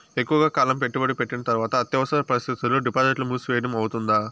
ఎక్కువగా కాలం పెట్టుబడి పెట్టిన తర్వాత అత్యవసర పరిస్థితుల్లో డిపాజిట్లు మూసివేయడం అవుతుందా?